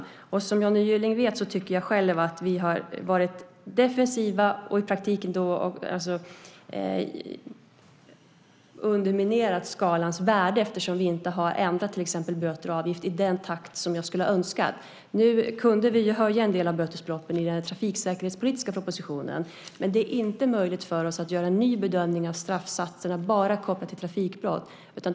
Som Johnny Gylling vet tycker jag själv att vi har varit defensiva och i praktiken underminerat skalans värde eftersom vi inte har ändrat till exempel böter och avgifter i den takt som jag skulle ha önskat. Nu kunde vi höja en del av bötesbeloppen i den trafiksäkerhetspolitiska propositionen. Men det är inte möjligt för oss att göra en ny bedömning av straffsatserna bara kopplat till trafikbrott.